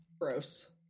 Gross